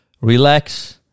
Relax